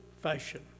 fashion